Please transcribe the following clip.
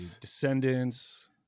Descendants